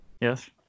Yes